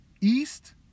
East